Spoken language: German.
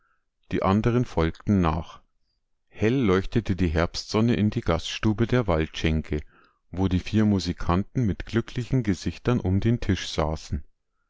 die andern folgten nach hell leuchtete die herbstsonne in die gaststube der waldschenke wo die vier musikanten mit glücklichen gesichtern um den tisch saßen